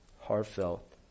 heartfelt